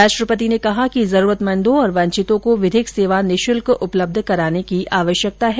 राष्ट्रपति ने कहा कि जरूरतमंदों और वंचितों को विधिक सेवा निःशुल्क उपलब्ध कराने की आवश्यकता है